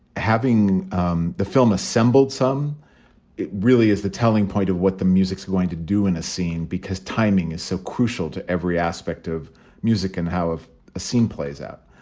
having um the film assembled some it really is the telling point of what the music's going to do in a scene, because timing is so crucial to every aspect of music and how of a scene plays out.